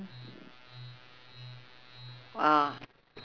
uh